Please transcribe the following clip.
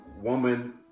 woman